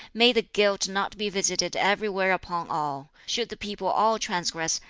may the guilt not be visited everywhere upon all. should the people all transgress,